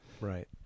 Right